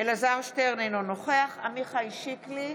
אלעזר שטרן, אינו נוכח עמיחי שיקלי,